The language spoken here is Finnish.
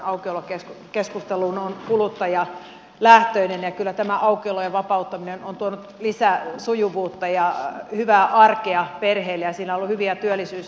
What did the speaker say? lähtökohtani kauppojen aukiolokeskusteluun on kuluttajalähtöinen ja kyllä tämä aukiolojen vapauttaminen on tuonut lisäsujuvuutta ja hyvää arkea perheille ja siinä on ollut hyviä työllisyysnäkökulmia